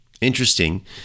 Interesting